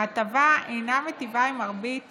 ההטבה אינה מיטיבה עם מרבית